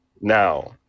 now